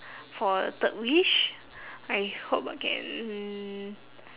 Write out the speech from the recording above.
for third wish I hope I can